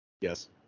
Yes